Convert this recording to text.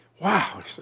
Wow